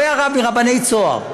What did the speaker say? הוא היה רב מרבני "צהר".